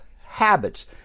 habits